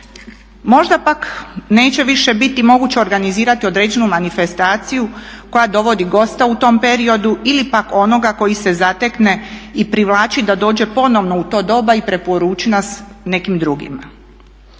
možda pak neće više biti moguće organizirati određenu manifestaciju koja dovodi gosta u tom periodu ili pak onoga koji se zatekne i privlači da dođe ponovno u to doma i preporuči nas nekim drugima.